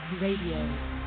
Radio